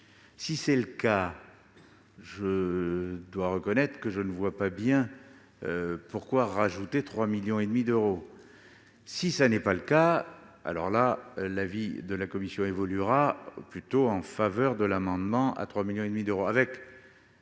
Si tel est le cas, je dois reconnaître que je ne vois pas bien pourquoi rajouter 3,5 millions d'euros. Si tel n'est pas le cas, l'avis de la commission évoluera plutôt en faveur de l'amendement à 3,5 millions d'euros,